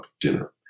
dinner